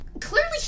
Clearly